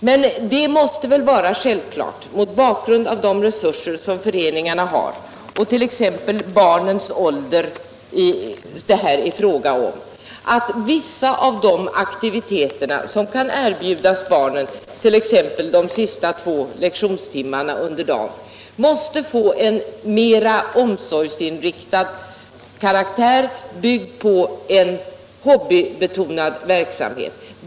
Men det måste vara självklart — mot bakgrund bl.a. avde resurser — föreningarna har och åldern hos de barn det här är fråga om — att vissa — Skolans inre arbete av de aktiviteter som kan erbjudas barnen, t.ex. under de sista två lek = m.m. tionstimmarna på dagen, skall få en mer omsorgsinriktad karaktär, byggd på en hobbybetonad verksamhet.